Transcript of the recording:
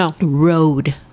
road